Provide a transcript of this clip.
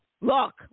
Look